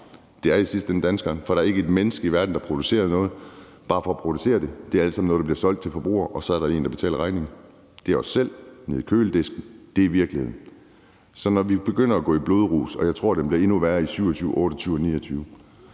er det i sidste ende danskerne, for der er ikke et menneske i verden, der producerer noget bare for at producere det. Det er alt sammen noget, der bliver solgt til forbrugere, og så er der en, der betaler regningen, og det er os selv nede ved køledisken. Det er virkeligheden! Så når vi begynder at få blodrus – og jeg tror, at det bliver endnu værre i 2027, 2028